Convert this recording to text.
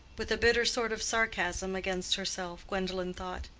with a bitter sort of sarcasm against herself, gwendolen thought,